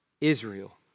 Israel